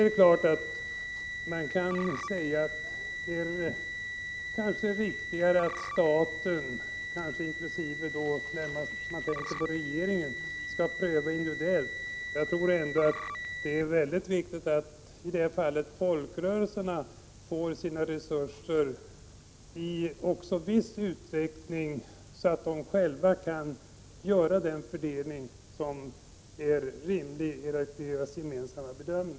Det är kanske riktigare än att staten — och jag tänker då närmast på regeringen — skall göra individuella prövningar. Det är angeläget att folkrörelserna får sådana resurser att de i viss utsträckning själva kan göra den fördelning som är rimlig enligt deras egen gemensamma bedömning.